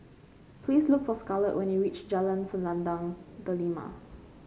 please look for Scarlet when you reach Jalan Selendang Delima